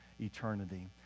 eternity